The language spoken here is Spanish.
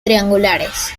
triangulares